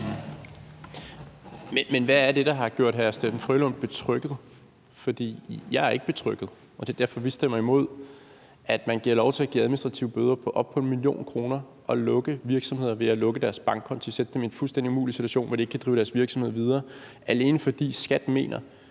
Hvad er det, der har gjort hr. Steffen W. Frølund betrygget? For jeg er ikke betrygget, og det er derfor, vi stemmer imod, at man giver lov til at give administrative bøder på op på 1 mio. kr. og lukke virksomheder ved at lukke deres bankkonti og sætte dem i en fuldstændig umulig situation, hvor de ikke kan drive deres virksomhed videre, alene fordi